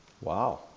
Wow